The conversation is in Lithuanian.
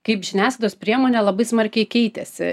kaip žiniasklaidos priemonė labai smarkiai keitėsi